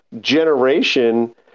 generation